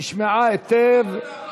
היא נשמעה היטב.